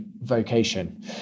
vocation